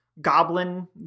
goblin